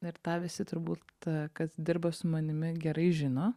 ir tą visi turbūt kas dirba su manimi gerai žino